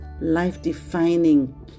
life-defining